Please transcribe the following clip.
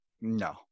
no